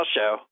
Show